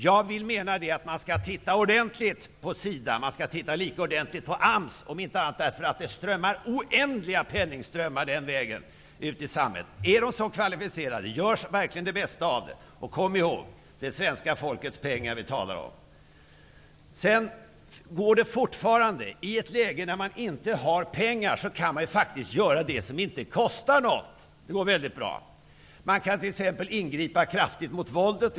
Jag menar att man skall titta ordentligt på SIDA, och man skall titta lika ordentligt på AMS, om inte annat så därför att det strömmar oändliga penningströmmar den vägen ut i samhället. Är de så kvalificerade? Görs verkligen det bästa av dem? Och kom ihåg att det är svenska folkets pengar som vi talar om. I ett läge då man inte har pengar kan man faktiskt göra det som inte kostar något. Det går mycket bra. Man kan t.ex. ingripa kraftigt mot våldet.